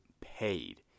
paid